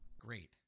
Great